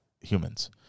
humans